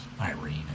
Irene